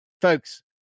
Folks